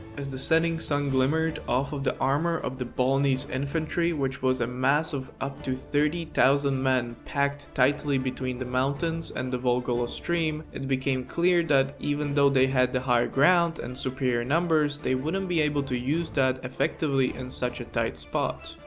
as the setting sun glimmered off of the armor of the bolognese infantry which was a mass of up to thirty thousands men pact title between the mountains and the volgolo stream, it became clear that even though they had the higher ground and superior numbers they wouldn't be able to use that effectively in such a tight spot.